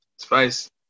Spice